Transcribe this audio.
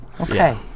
Okay